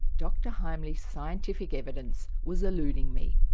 dr heimlich's scientific evidence was eluding me.